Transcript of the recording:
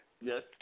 yes